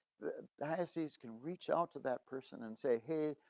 diocese can reach out to that person and say, hey,